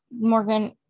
Morgan